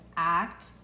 act